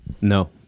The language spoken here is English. no